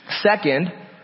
Second